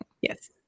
Yes